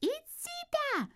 į cypę